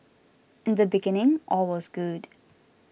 in the beginning all was good